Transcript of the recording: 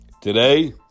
today